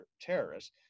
terrorists